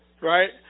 right